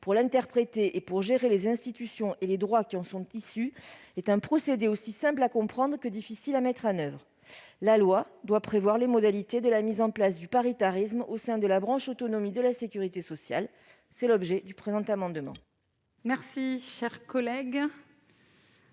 pour l'interpréter et pour gérer les institutions et les droits qui en sont issus est un procédé aussi simple à comprendre que difficile à mettre en oeuvre ». La loi doit prévoir les modalités de la mise en place du paritarisme au sein de la branche autonomie de la sécurité sociale. Tel est l'objet du présent amendement. Quel est l'avis